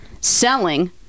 selling